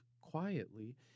quietly